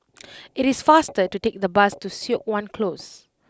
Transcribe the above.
it is faster to take the bus to Siok Wan Close